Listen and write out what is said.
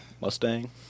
Mustang